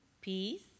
Peace